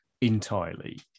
entirely